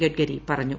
ഗഡ്കരി പറഞ്ഞു